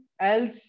else